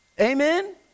amen